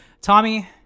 Tommy